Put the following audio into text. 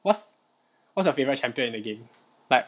what's what's your favourite champion in the game like